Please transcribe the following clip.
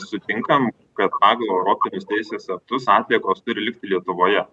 sutinkam kad pagal europinius teisės aktus atliekos turi likti lietuvoje